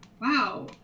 Wow